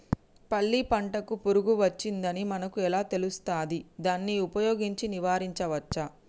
పల్లి పంటకు పురుగు వచ్చిందని మనకు ఎలా తెలుస్తది దాన్ని ఉపయోగించి నివారించవచ్చా?